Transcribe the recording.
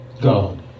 God